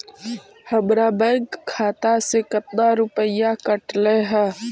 हमरा बैंक खाता से कतना रूपैया कटले है?